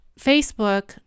Facebook